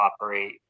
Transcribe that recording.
operate